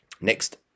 Next